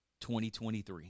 2023